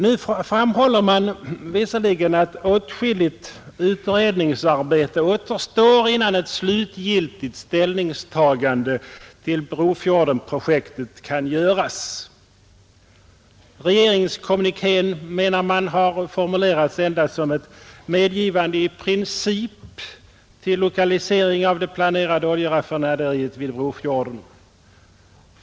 Nu framhåller man visserligen att åtskilligt utredningsarbete återstår innan ett slutgiltigt ställningstagande till Brofjordenprojektet kan göras. Man menar att regeringskommunikén har formulerats endast som ett medgivande i princip till lokalisering av det planerade oljeraffinaderiet till Brofjorden.